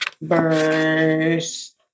verse